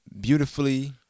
Beautifully